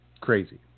Crazy